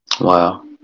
Wow